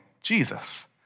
Jesus